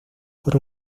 por